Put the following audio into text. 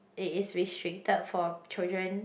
it is restricted for children